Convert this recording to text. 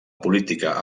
política